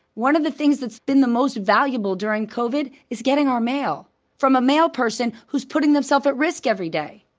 one of the things that's been the most valuable during covid is getting our mail from a mail person who's putting themself at risk every day.